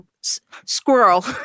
squirrel